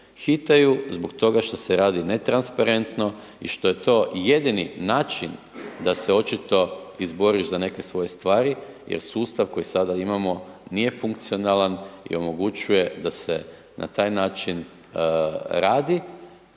Hitaju zbog toga što se radi netransparentno i što je to jedini način da se očito izboriš za neke svoje stvari jer sustav koji sada imamo nije funkcionalan i omogućuje da se na taj način radi,